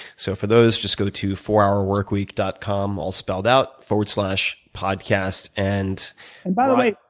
so for those just go to fourhourworkweek dot com, all spelled out, forward slash podcast, and and by the way,